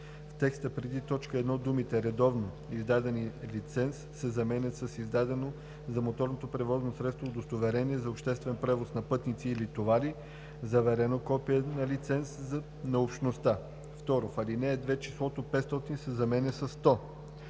в текста преди т. 1 думите „редовно издадени лиценз“ се заменят с „издадено за моторното превозно средство удостоверение за обществен превоз на пътници или товари, заверено копие на лиценз на Общността“. 2. В ал. 2 числото „500“ се заменя със „100“.